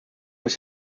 muss